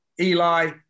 Eli